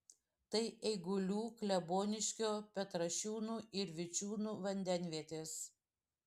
tai eigulių kleboniškio petrašiūnų ir vičiūnų vandenvietės